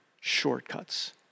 shortcuts